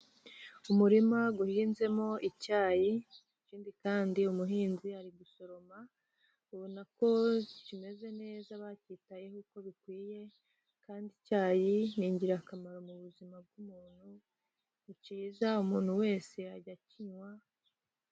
Umurima uhinzemo icyayi, ikindi kandi umuhinzi ari gusoroma, ubona ko kimeze neza, bakitayeho uko bikwiye, kandi icyayi ni ingirakamaro mu buzima bw'umuntu, ni kiza umuntu wese yajya akinywa.